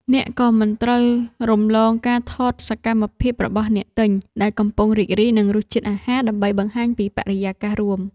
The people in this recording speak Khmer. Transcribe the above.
អ្នកក៏មិនត្រូវរំលងការថតសកម្មភាពរបស់អ្នកទិញ ដែលកំពុងរីករាយនឹងរសជាតិអាហារ ដើម្បីបង្ហាញពីបរិយាកាសរួម។